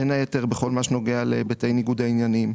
בין היתר בכל מה שנוגע להיבטי ניגוד העניינים,